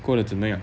过得怎么样